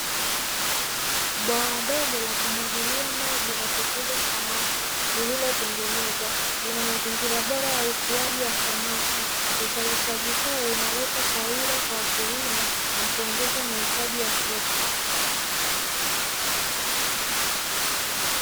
Bwawa dogo la kumwagilia maji la kufuga samaki lililotengenezwa lina mazingira bora ya ukuaji wa samaki, uzalishaji huu unaleta faida kwa wakulima na kuongeza mahitaji ya soko.